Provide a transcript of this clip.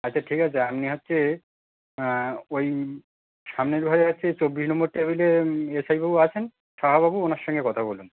আচ্ছা ঠিক আছে আপনি হচ্চে ওই সামনের ঘরে হচ্ছে চব্বিশ নব্বর টেবিলে এস আই বাবু আছেন সাহাবাবু ওঁর সঙ্গে কথা বলুন